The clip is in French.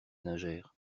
lingère